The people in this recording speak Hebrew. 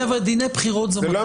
חבר'ה, דיני בחירות זאת מאטריה נפרדת.